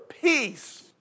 peace